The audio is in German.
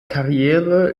karriere